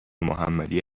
محمدی